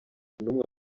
n’umwe